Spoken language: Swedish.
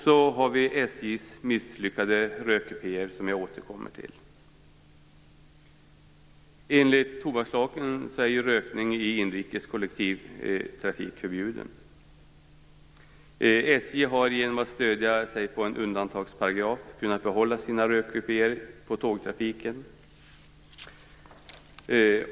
Så har vi SJ:s misslyckade rökkupéer, som jag återkommer till. Enligt tobakslagen är rökning förbjuden på inrikes kollektivtrafik. SJ har genom att stödja sig på en undantagsparagraf kunnat behålla sina rökkupéer i tågtrafiken.